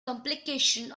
complication